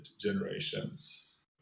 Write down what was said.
generations